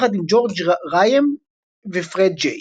יחד עם ג'ורג' רייאם ופרד ג'יי.